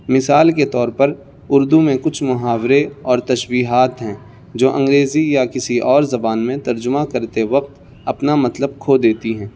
مثال کے طور پر اردو میں کچھ محاورے اور تشبیہات ہیں جو انگریزی یا کسی اور زبان میں ترجمہ کرتے وقت اپنا مطلب کھو دیتی ہیں